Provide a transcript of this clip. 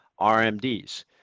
RMDs